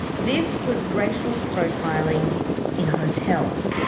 this was racial profiling in hotels.